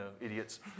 idiots